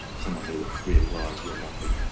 someone who reapplied will not be